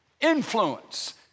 influence